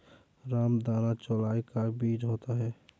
रामदाना चौलाई का बीज होता है